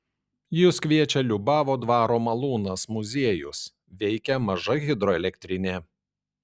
jus kviečia liubavo dvaro malūnas muziejus veikia maža hidroelektrinė